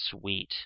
Sweet